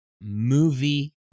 movie